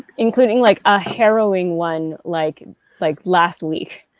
including like a harrowing one like and like last week,